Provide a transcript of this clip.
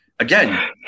Again